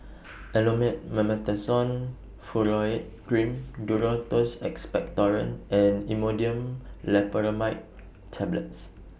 Elomet Mometasone Furoate Cream Duro Tuss Expectorant and Imodium Loperamide Tablets